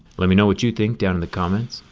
let me know what you think down in the comments.